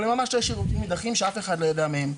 שני שירותים נידחים שאף אחד לא יודע מהם,